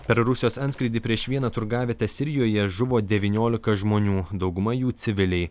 per rusijos antskrydį prieš vieną turgavietę sirijoje žuvo devyniolika žmonių dauguma jų civiliai